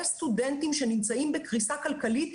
יש סטודנטים שנמצאים בקריסה כלכלית,